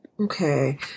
Okay